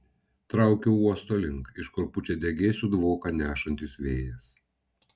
traukiu uosto link iš kur pučia degėsių dvoką nešantis vėjas